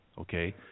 okay